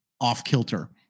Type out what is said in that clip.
off-kilter